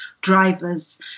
drivers